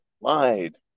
lied